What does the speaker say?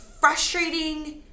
frustrating